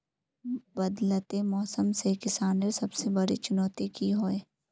बदलते मौसम से किसानेर सबसे बड़ी चुनौती की होय?